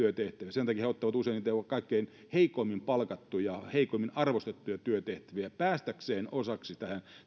sen takia he ottavat usein niitä kaikkein heikoimmin palkattuja heikoimmin arvostettuja työtehtäviä päästäkseen osaksi